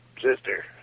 sister